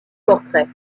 portrait